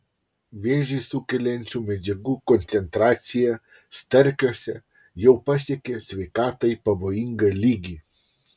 vėžį sukeliančių medžiagų koncentracija starkiuose jau pasiekė sveikatai pavojingą lygį